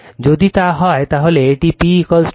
যদি তা হয় তাহলে এটি p 3 Vp I p cos হয়ে যাবে